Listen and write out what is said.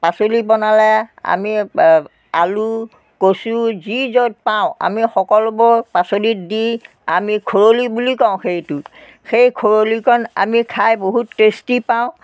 পাচলি বনালে আমি আলু কচু যি য'ত পাওঁ আমি সকলোবোৰ পাচলিত দি আমি খৰলি বুলি কওঁ সেইটো সেই খৰলিকণ আমি খাই বহুত টেষ্টি পাওঁ